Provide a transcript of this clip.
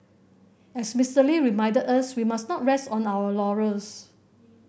as Mister Lee reminded us we must not rest on our laurels